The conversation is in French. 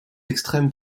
extrême